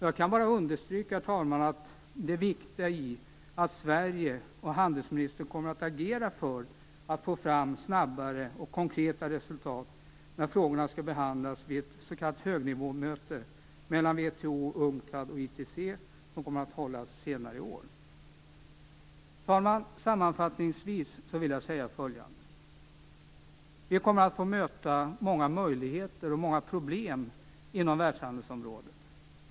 Jag kan bara, herr talman, understryka vikten av att Sverige och handelsministern agerar för att det skall gå att snabbare få fram konkreta resultat när frågorna skall behandlas vid det s.k. högnivåmöte mellan WTO, UNCTAD och ITC som kommer att hållas senare i år. Herr talman! Sammanfattningsvis vill jag säga följande. Vi kommer att få möta många möjligheter och många problem inom världshandelsområdet.